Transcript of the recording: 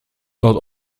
not